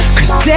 Cause